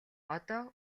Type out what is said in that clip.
одоо